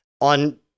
on